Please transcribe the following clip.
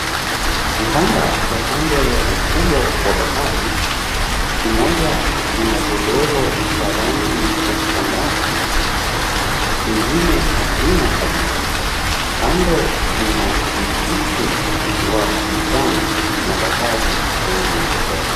Vitanga vya kando vya ufuo wa bahari, kimoja kina godoro ya rangi ya samawati, vingine havina kabisaa. Kando kuna msitu wa kijani na bahari sehemu ya kushoto.